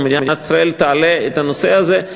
ומדינת ישראל תעלה את הנושא הזה.